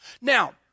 Now